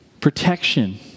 protection